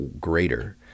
greater